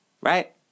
Right